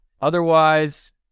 Otherwise